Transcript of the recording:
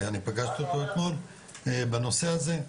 ואני פגשתי אותו אתמול בנושא הזה,